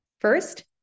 First